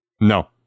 No